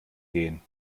gehen